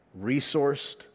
resourced